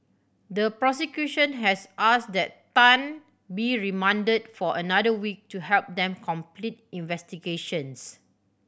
the prosecution has asked that Tan be remanded for another week to help them complete investigations